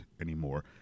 anymore